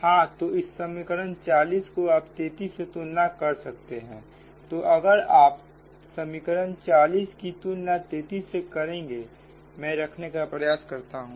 हां तो इस समीकरण 40 को आप 33 से तुलना कर सकते हैं तो अगर आप समीकरण 40 की तुलना 33 से करेंगे मैं रखने का प्रयास करता हूं